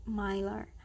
mylar